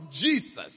Jesus